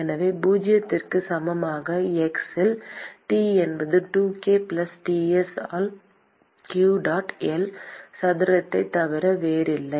எனவே பூஜ்ஜியத்திற்கு சமமான x இல் T என்பது 2k பிளஸ் Ts ஆல் q dot L சதுரத்தைத் தவிர வேறில்லை